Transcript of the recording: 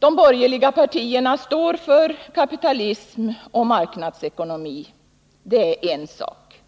De borgerliga partierna står för kapitalism och marknadsekonomi — det är en sak.